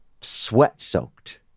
sweat-soaked